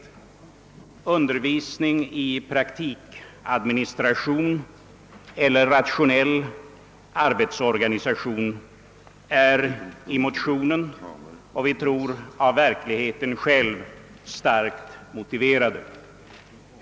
En undervisning i praktikadministration eller rationell arbetsorganisation har starkt motiverats i motionen och såsom vi tror också av de faktiska förhållandena på området.